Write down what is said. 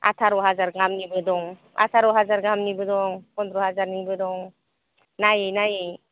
आतार' हाजार गाहाम निबो दं आतार' हाजार गाहाम निबो दं फनद्र हाजारनिबो दं नायै नायै